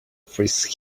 frisk